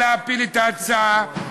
ברגע שהביטוח הלאומי מנהל את הכספים האלו,